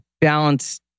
balance